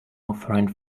offering